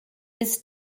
ist